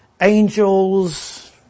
Angels